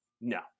no